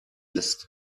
ist